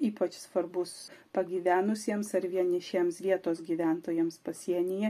ypač svarbus pagyvenusiems ar vienišiems vietos gyventojams pasienyje